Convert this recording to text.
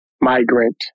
migrant